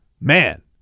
man